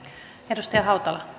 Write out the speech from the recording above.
arvoisa rouva